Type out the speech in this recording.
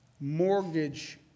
mortgage